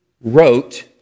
wrote